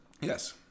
Yes